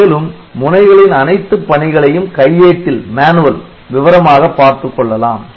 மேலும் முனைகளின் அனைத்து பணிகளையும் கையேட்டில் விவரமாக பார்த்துக் கொள்ளலாம்